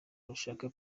rushaka